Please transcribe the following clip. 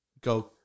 go